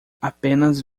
apenas